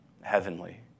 heavenly